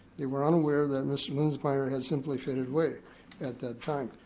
they were unaware that mr. linzmeyer had simply faded away at that time.